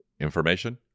information